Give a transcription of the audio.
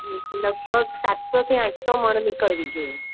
લગભગ સાતસોથી આઠસો મણ નીકળવી જોઈએ